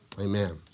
Amen